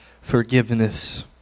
forgiveness